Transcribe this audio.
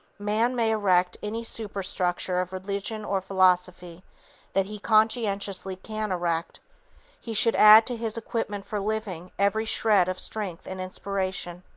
man may erect any superstructure of religion or philosophy that he conscientiously can erect he should add to his equipment for living every shred of strength and inspiration,